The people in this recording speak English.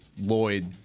Lloyd